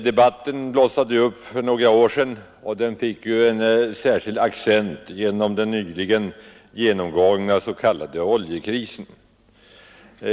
Debatten blossade upp för några år sedan och den fick en särskild accent vid den nyligen genomgångna s.k. oljekrisen.